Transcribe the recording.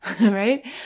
right